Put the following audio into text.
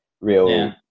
real